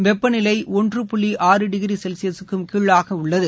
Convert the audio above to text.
வெப்பநிலை ஒன்று புள்ளி ஆறு டிகிரி செல்ஸியஸூக்கும் கீழாக உள்ளது